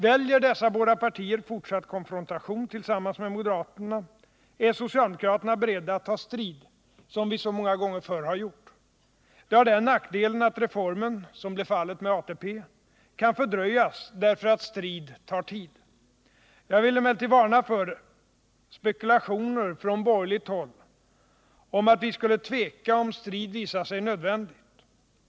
Väljer dessa båda partier fortsatt konfrontation tillsammans med moderaterna, är socialdemokraterna beredda att ta strid som vi så många gånger förr har gjort. Det har den nackdelen att reformen, som blev fallet med ATP, kan fördröjas därför att strid tar tid. Jag vill emellertid varna för spekulationer från borgerligt håll om att vi skulle tveka, om strid visar sig nödvändig.